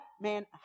Man